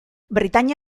britainia